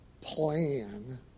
plan